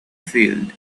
field